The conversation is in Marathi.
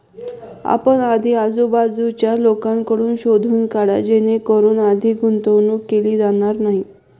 आपण आधी आजूबाजूच्या लोकांकडून शोधून काढा जेणेकरून अधिक गुंतवणूक केली जाणार नाही